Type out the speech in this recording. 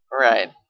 Right